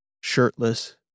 shirtless